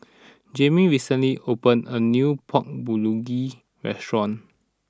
Jamie recently opened a new Pork Bulgogi restaurant